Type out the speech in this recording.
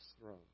throne